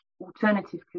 alternative